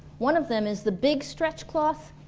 one of them is the big stretch cloth.